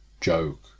joke